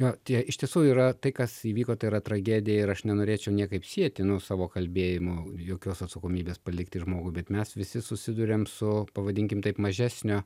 jo tie iš tiesų yra tai kas įvyko tai yra tragedija ir aš nenorėčiau niekaip sieti nu savo kalbėjimo jokios atsakomybės palikti žmogų bet mes visi susiduriam su pavadinkim taip mažesnio